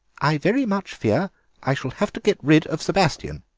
i very much fear i shall have to get rid of sebastien.